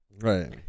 right